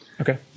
Okay